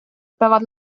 peavad